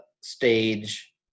stage